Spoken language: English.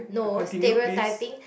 no stereotyping